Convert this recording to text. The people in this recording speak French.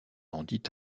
rendit